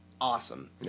awesome